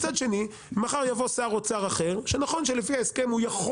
מצד שני מחר יבוא שר אוצר אחר שנכון שלפי ההסכם הוא יכול